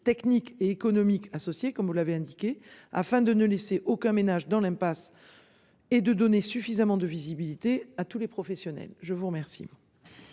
techniques et économiques associés comme vous l'avez indiqué afin de ne laisser aucun ménage dans l'impasse. Et de donner suffisamment de visibilité à tous les professionnels, je vous remercie.